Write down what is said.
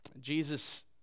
Jesus